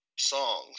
songs